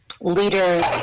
leaders